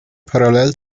parallel